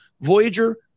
Voyager